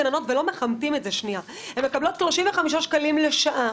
גננות" ולא מכמתים את זה הן מקבלות 35 שקלים לשעה,